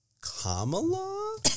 Kamala